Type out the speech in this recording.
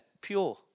pure